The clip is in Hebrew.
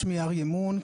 שמי אריה מונק,